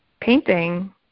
painting